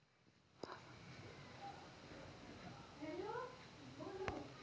हर school में सांखियिकी के मनोविग्यान से जोड़ पढ़ायल जाई छई